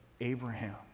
Abraham